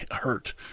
hurt